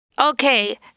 Okay